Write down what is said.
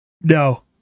No